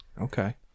Okay